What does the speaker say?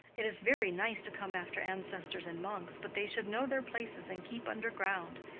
it is very nice to come after ancestors and monks, but they should know their places and keep underground.